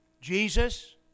Jesus